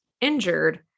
injured